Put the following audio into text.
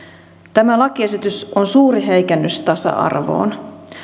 tämä lakiesitys on suuri heikennys tasa arvoon